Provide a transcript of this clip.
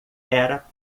era